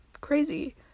crazy